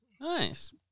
Nice